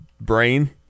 brain